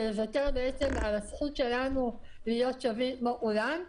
ולוותר בעצם על הזכות שלנו להיות שווים כמו כולם,